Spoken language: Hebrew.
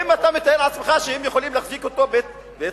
האם אתה מתאר לעצמך שהם יכולים להחזיק אותו בבית-סוהר,